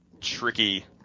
tricky